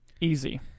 easy